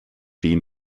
been